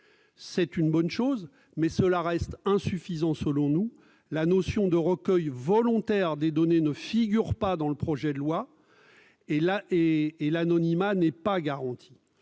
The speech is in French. selon nous, cela reste insuffisant. La notion de recueil volontaire des données ne figure pas dans le projet de loi et l'anonymat n'est pas garanti.